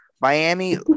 Miami